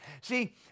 See